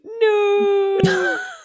No